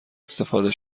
استفاده